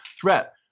threat